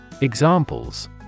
Examples